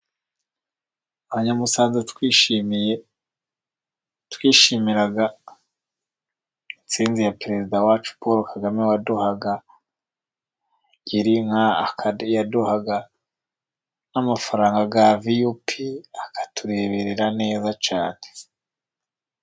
Abanyamusanze twishimiye, twishimira intsinzi ya perezida wacu paul kagame. Waduhaye Girinka, yaduhaye n'amafaranga ga VUP akatureberera neza cyane.